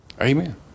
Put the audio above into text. Amen